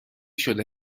شده